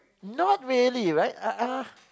not really right uh uh